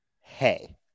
hey